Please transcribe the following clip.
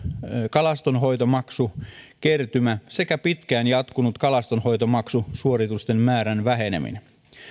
kalastonhoitomaksukertymä sekä pitkään jatkunut kalastonhoitomaksusuoritusten määrän väheneminen